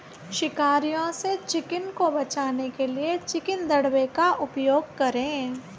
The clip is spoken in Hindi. शिकारियों से चिकन को बचाने के लिए चिकन दड़बे का उपयोग करें